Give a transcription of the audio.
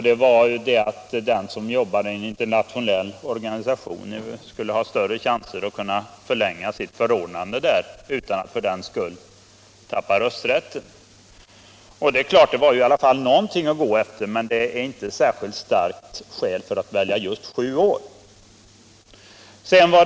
Den var att den som jobbade i en internationell organisation skulle ha större chanser att kunna förlänga sitt förordnande utan att för den skull tappa rösträtten. Det är klart att det är någonting att gå efter, men det är inte ett särskilt starkt skäl för att sätta gränsen vid just sju år.